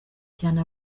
cyane